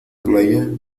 playa